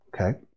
Okay